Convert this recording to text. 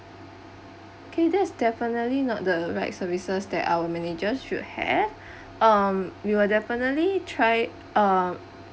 okay that is definitely not the right services that our managers should have um we will definitely try uh